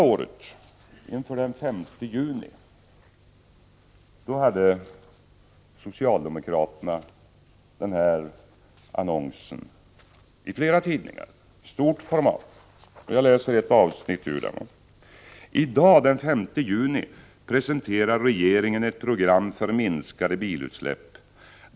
Den 5 juni förra året hade socialdemokraterna en annons i stort format i flera tidningar. Jag läser ett avsnitt ur den: ”I dag, den 5 juni presenterar regeringen ett program för minskade bilutsläpp.